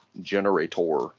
generator